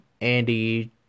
Andy